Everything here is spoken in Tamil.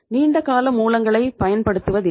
நீண்டகால மூலங்களை பயன்படுத்துவதில்லை